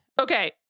okay